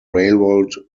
railroad